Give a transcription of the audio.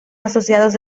asociados